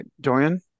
Dorian